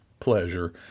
Pleasure